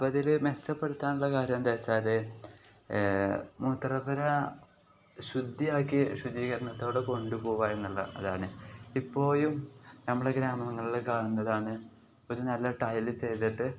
അപ്പം അതിൽ മെച്ചപ്പെടുത്താനുള്ള കാര്യം എന്താ വെച്ചാൽ മൂത്രപ്പുര ശുദ്ധിയാക്കി ശുചീകരണത്തോടെ കൊണ്ടു പോകുക എന്നുള്ളതാണ് ഇപ്പോഴും നമ്മളുടെ ഗ്രാമങ്ങളിൽ കാണുന്നതാണ് ഒരു നല്ല ടൈൽ ചെയ്തിട്ട്